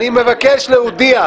אני מבקש להודיע,